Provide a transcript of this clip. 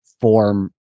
form